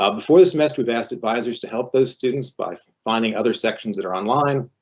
ah before the semester we've asked advisors to help those students by finding other sections that are online.